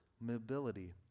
mobility